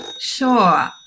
Sure